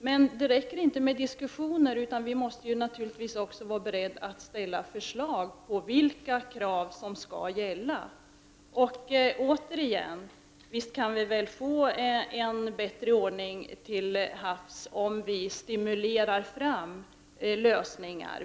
Men det räcker inte med att diskutera, utan vi måste naturligtvis också ha förslag om vilka krav som skall gälla. Visst kan vi få en bättre ordning till havs, om vi stimulerar fram lösningar.